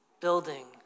building